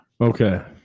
Okay